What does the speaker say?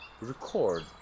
record